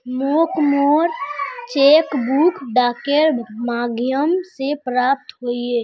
मोक मोर cheque book डाकेर माध्यम से प्राप्त होइए